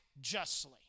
justly